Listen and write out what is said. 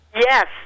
Yes